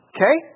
Okay